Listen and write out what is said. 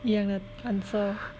一样的 answer